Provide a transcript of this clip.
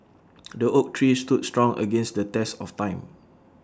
the oak tree stood strong against the test of time